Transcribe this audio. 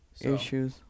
issues